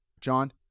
John